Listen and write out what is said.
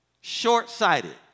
short-sighted